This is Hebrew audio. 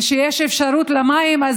וכשיש אפשרות למים,